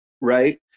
right